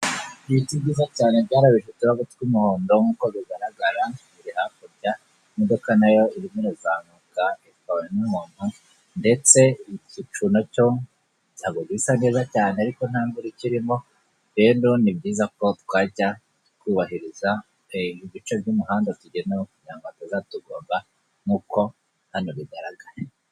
Ibiti byiza cyane byarabije uturabo tw'umuhondo nk'uko bigaragara biriri hakurya. Imodoka na yo irimo irazamuka itwawe n'umuntu, ndetse igicu ntabwo gisa neza cyane, ariko nta mvura ikirimo, rero ni byiza ko twajya twubahiriza ibice by'umuhanda tugenewe, kugira ngo batazatugonga nk'uko hano bigaragara.